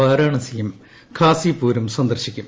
വാരാണസിയും ഖാസിപൂരും സന്ദർശിക്കും